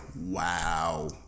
wow